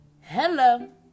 hello